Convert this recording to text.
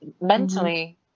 mentally